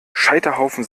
scheiterhaufen